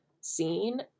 scene